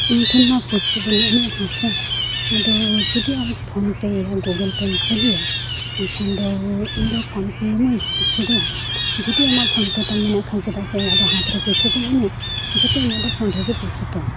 ᱤᱧᱴᱷᱮᱱ ᱢᱟ ᱯᱚᱭᱥᱟ ᱵᱟᱹᱱᱩᱜ ᱟᱹᱱᱤᱡ ᱦᱟᱛᱨᱮ ᱟᱫᱚ ᱡᱩᱫᱤ ᱟᱢ ᱯᱷᱳᱱ ᱯᱮ ᱜᱳᱜᱳᱞ ᱯᱮᱢ ᱪᱟᱹᱞᱩᱭᱟ ᱮᱱᱠᱷᱟᱱ ᱫᱚ ᱤᱧ ᱫᱚ ᱯᱷᱳᱱ ᱯᱮᱭᱟᱢᱟᱹᱧ ᱯᱚᱭᱥᱟ ᱫᱚ ᱡᱩᱫᱤ ᱟᱢᱟᱜ ᱯᱷᱳᱱ ᱯᱮ ᱛᱟᱢ ᱢᱮᱱᱟᱜ ᱠᱷᱟᱱ ᱪᱮᱫᱟᱜ ᱥᱮ ᱤᱧᱟᱹᱜ ᱫᱚ ᱦᱟᱛᱨᱮᱱ ᱯᱚᱭᱥᱟ ᱵᱟᱹᱱᱩᱜ ᱟᱱᱤᱡ ᱡᱚᱛᱚ ᱤᱧᱟᱹᱜ ᱫᱚ ᱯᱷᱳᱱ ᱨᱮᱜᱮ ᱯᱚᱭᱥᱟ ᱛᱤᱧ